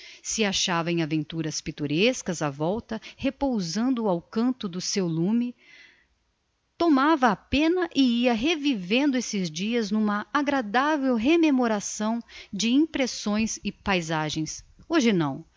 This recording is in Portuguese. se achava em aventuras pittorescas á volta repousando ao canto do seu lume tomava a penna e ia revivendo esses dias n'uma agradavel rememoração de impressões e paisagens hoje não